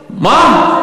להגיד?